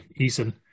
Eason